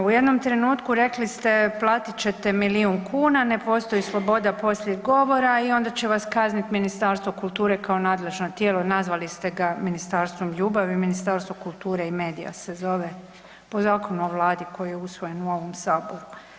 U jednom trenutku rekli ste, platiti ćete milijun kuna, ne postoji sloboda poslije govora i onda će vas kazniti Ministarstvo kulture kao nadležno tijelo, nazvali ste ga ministarstvom ljubavi, Ministarstvo kulture i medija se zove po zakonu o Vladi koji je usvojen u ovom Saboru.